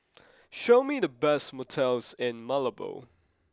show me the best motels in Malabo